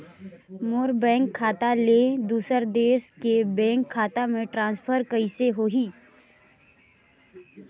मोर bank खाता ले दुसर देश के बैंक खाता मे ट्रांसफर कइसे होही?